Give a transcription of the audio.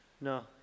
No